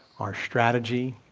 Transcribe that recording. our strategy,